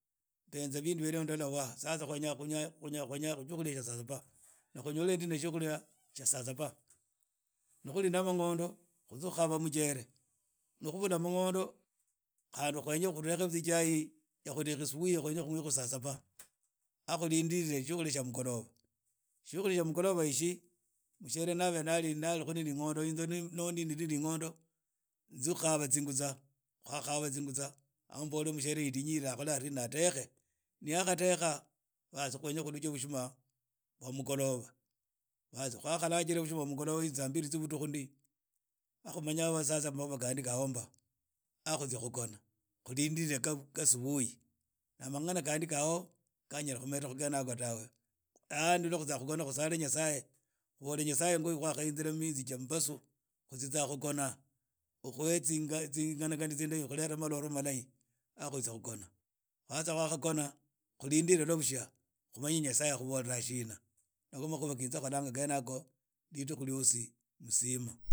Mbenza bindu hibyo ndola waaah khwenya khwenya khulia tsiukhulia tsia saa sab ana khonyole ndi tsiukhulia tsia saa saba ni khuli na mangondo khutsie kukhaba muchere ni khubula mangondo khandi khweya khudekha butwa ichai ya kudhekhe usubuhi kha khunywe saa saba aah kukhinde tsiukhulia tsia mukhoroba tsiulhuria tsia mukhoroba ishi mushiere na alikhu na mangondo anaoho inze niri ne ringondo tsie khukhaba zingutsa anoho mbole mukhere yidinyire akhore sina adekhe ni ya kha dekha ni khwenya kurughr bushima bwa mugholoba baaas khwakhalajira buchima bwa hamgholova saa mbili tsia vudukhu ndi ha khumanya sasa makhuwa khandi khabe kabe ho mba aagh khutsia khukhona khulindile kha usubuhi na mangana khandi khali ho mba kha nyala khumeda khu ghene yago tawe aaagh ni rwo khututsa khukhona khusale nyasaye khubole nyasaye mbu khwa kahyinzira miyinzi ja mmbasu khutsitsa khukhona khuhe tsinganagi tsindahi khulele malorho malahi aaah khutisia khukhona sasa ni wakha khona khulindile rhwa busha khumanye nyasaye akhubola shin ana kho makhuwa kha inze kholanga ridukhu liotsi mtsima.